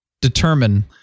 determine